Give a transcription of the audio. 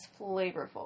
flavorful